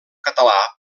català